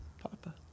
Papa